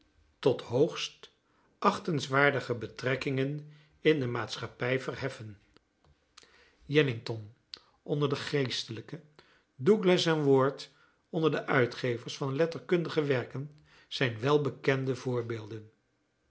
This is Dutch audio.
tot hoogst achtenswaardige betrekkingen in de maatschappij verheffen jennington onder de geestelijken douglas en ward onder de uitgevers van letterkundige werken zijn welbekende voorbeelden